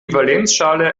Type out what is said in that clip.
valenzschale